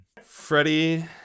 Freddie